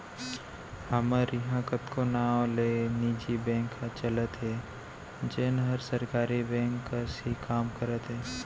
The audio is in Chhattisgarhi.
हमर इहॉं कतको नांव ले निजी बेंक ह चलत हे जेन हर सरकारी बेंक कस ही काम करत हे